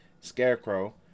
Scarecrow